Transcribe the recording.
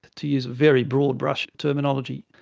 to use very broad-brush terminology,